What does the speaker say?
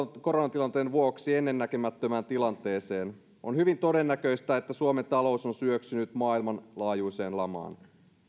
koronatilanteen vuoksi ennennäkemättömään tilanteeseen on hyvin todennäköistä että suomen talous on syöksynyt maailmanlaajuiseen lamaan